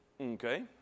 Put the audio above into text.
Okay